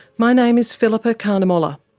my name is phillippa carnemolla,